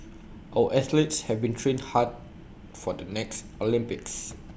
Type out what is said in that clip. our athletes have been trained hard for the next Olympics